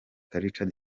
richard